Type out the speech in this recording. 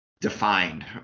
defined